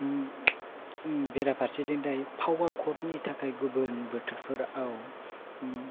बेराफारसेथिं दायो पावारकाट नि थाखाय गुबुन बोथोरफोरआव